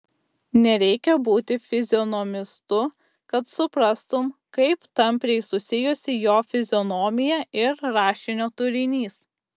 nereikia būti fizionomistu kad suprastum kaip tampriai susijusi jo fizionomija ir rašinio turinys